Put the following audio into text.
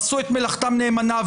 עשו את מלאכתם נאמנה,